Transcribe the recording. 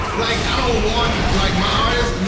like i don't want, like my artist, yeah